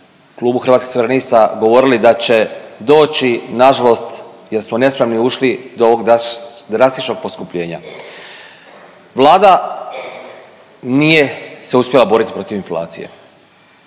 Klubu Hrvatskih suverenista govorili da će doći nažalost jer smo nespremni ušli do ovog drastičnog poskupljenja. Vlada nije se uspjela boriti protiv inflacije.